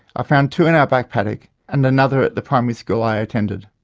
i found two in our back paddock and another at the primary school i attended.